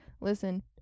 listen